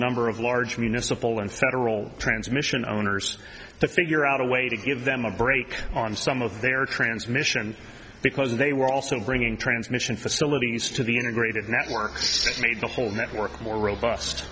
number of large municipal and federal transmission owners to figure out a way to give them a break on some of their transmission because they were also bringing transmission facilities to the integrated networks that made the whole network more robust